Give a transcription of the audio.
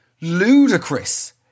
Ludicrous